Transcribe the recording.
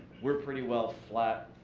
we're pretty well flat